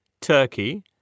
Turkey